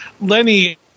Lenny